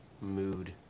mood